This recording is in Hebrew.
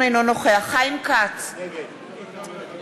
אינו נוכח חיים כץ, נגד